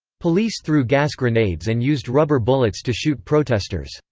police threw gas grenades and used rubber bullets to shoot protesters.